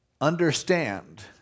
Understand